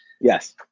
Yes